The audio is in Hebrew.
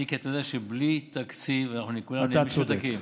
מיקי, אתה יודע שבלי תקציב אנחנו כולנו משותקים.